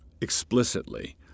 explicitly